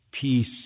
peace